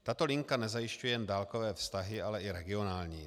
Tato linka nezajišťuje jen dálkové vztahy, ale i regionální.